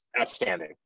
outstanding